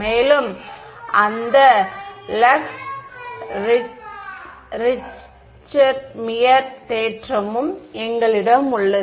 மேலும் அந்த Lax Richtmyer தேற்றமும் எங்களிடம் உள்ளது